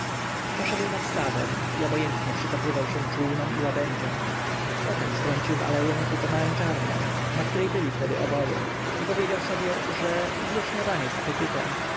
przeszedł nad stawem i obojętnie przypatrywał się czółnom i łabędziom potem skręcił w aleję ku pomarańczarni na której byli wtedy oboje i powiedział sobie że zje śniadanie